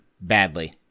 Badly